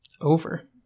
over